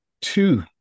two